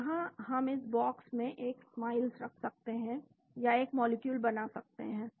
तो यहाँ हम इस बॉक्स में एक स्माइलस रख सकते हैं या एक मॉलिक्यूल बना सकते हैं